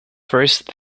first